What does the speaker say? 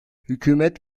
hükümet